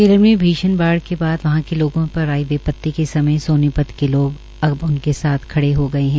केरल में भीषण बाढ़ के बाद वहां के लोगों पर आई विपत्ति के समय सोनीपत के लोग अब उनके साथ खड़े हो गए हैं